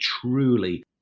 truly